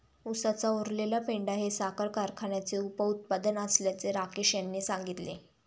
उसाचा उरलेला पेंढा हे साखर कारखान्याचे उपउत्पादन असल्याचे राकेश यांनी सांगितले